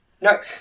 No